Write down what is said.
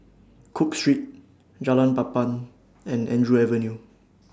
Cook Street Jalan Papan and Andrew Avenue